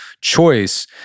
choice